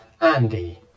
Andy